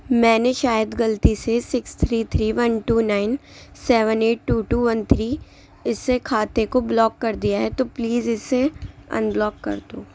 میں نے شاید غلطی سے six three three one two nine seven eight two two one three اس سے کھاتے کو بلاک کر دیا ہے تو پلیز اسے انبلاک کر دو